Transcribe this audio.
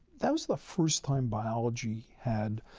that was the first-time biology had